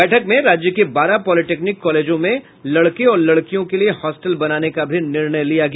बैठक में राज्य के बारह पॉलिटेक्निक कॉलेजों में लड़के और लड़कियों के लिए हॉस्टल बनाने का भी निर्णय लिया गया